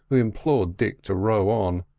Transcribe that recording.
who implored dick to row on.